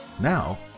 now